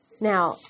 Now